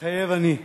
מתחייב אני.